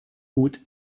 gut